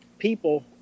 people